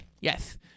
yes